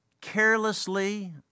carelessly